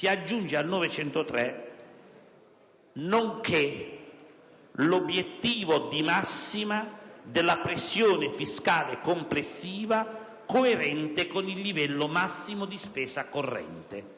statale e, infine, l'obiettivo di massima della pressione fiscale complessiva, coerente con il livello massimo di spesa corrente;».